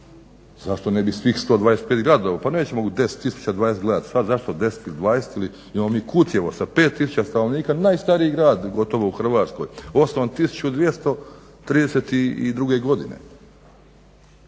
Zašto ne bih svih 125 gradova? Pa nećemo u 10, 20 tisuća gledati, sad zašto 10 ili 20, imamo mi Kutjevo sa 5 tisuća stanovnika najstariji grad gotovo u Hrvatskoj osnovan 1232.godine